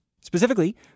specifically